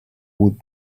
would